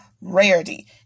rarity